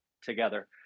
together